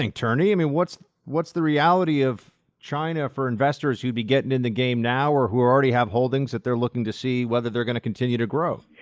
and turney? i mean what's what's the reality of china for investors who'd be getting in the game now or who already have holdings that they're looking to see whether they're going to continue to grow?